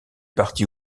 parti